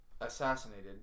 assassinated